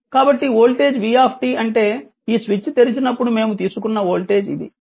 కాబట్టి voltage v అంటే ఈ స్విచ్ తెరిచినప్పుడు మేము తీసుకున్న వోల్టేజ్ ఇది